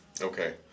Okay